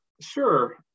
Sure